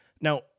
Now